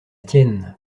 tienne